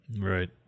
Right